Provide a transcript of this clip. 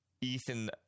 Ethan